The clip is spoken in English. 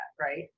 right